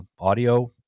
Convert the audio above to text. Audio